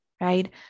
right